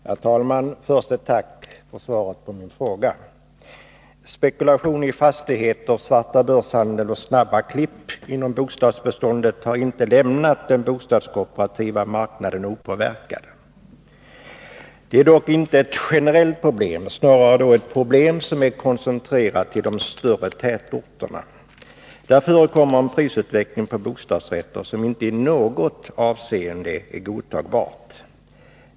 Herr talman! Först ett tack för svaret på min fråga. Spekulation i fastigheter, svartabörshandel och snabba klipp inom bostadsbeståndet har inte lämnat den bostadskooperativa marknaden opåverkad. Det är dock inte ett generellt problem, snarare ett problem som är koncentrerat till de större tätorterna. Där förekommer en prisutveckling på bostadsrätter som inte i något avseende är godtagbar.